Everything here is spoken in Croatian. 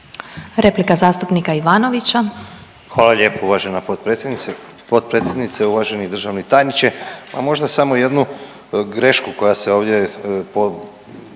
Replika zastupnika Ivanovića.